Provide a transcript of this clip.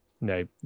No